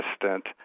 assistant